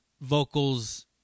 vocals